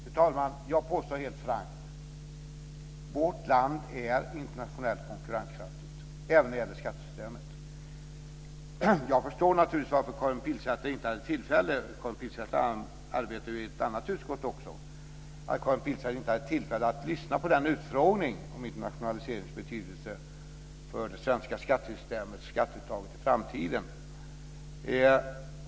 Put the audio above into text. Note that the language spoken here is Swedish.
Fru talman! Jag påstår helt frankt att vårt land är internationellt konkurrenskraftigt även när det gäller skattesystemet. Jag förstår naturligtvis varför Karin Pilsäter inte hade tillfälle - Karin Pilsäter arbetar ju också i ett annat utskott - att lyssna på utfrågningen om internationaliseringens betydelse för det svenska skatteuttaget i framtiden.